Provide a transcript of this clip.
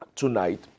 tonight